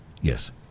Yes